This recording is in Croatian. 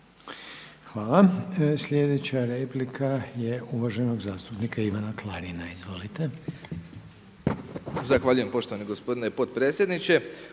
Hvala. Slijedeća replika je uvaženog zastupnika Ivana Klarina. Izvolite.